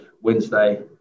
Wednesday